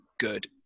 good